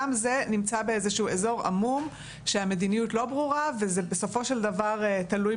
גם זה נמצא באיזשהו אזור עמום שהמדיניות לא ברורה וזה בסופו של דבר תלוי